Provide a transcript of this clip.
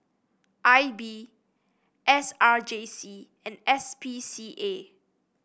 I B S R J C and S P C A